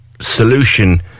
solution